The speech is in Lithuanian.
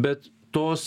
bet tos